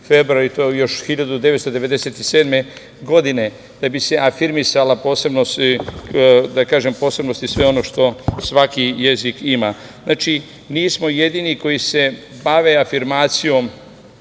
februar i to još 1997. godine da bi se afirmisala posebnost i sve ono što svaki jezik ima. Znači, nismo jedini koji se bave afirmacijom